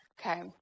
Okay